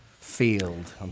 Field